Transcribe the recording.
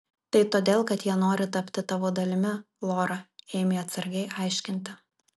tai todėl kad jie nori tapti tavo dalimi lora ėmė atsargiai aiškinti